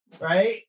right